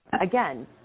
again